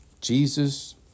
Jesus